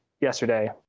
yesterday